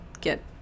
get